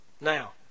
Now